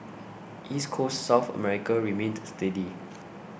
East Coast South America remained steady